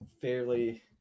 fairly